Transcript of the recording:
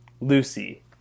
Lucy